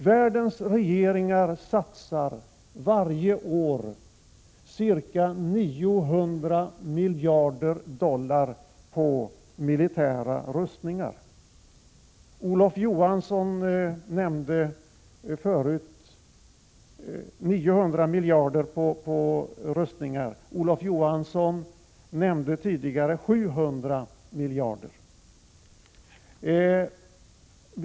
Världens regeringar satsar varje år ca 900 miljarder dollar på militära rustningar. Olof Johansson nämnde tidigare beloppet 700 miljarder dollar.